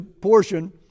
portion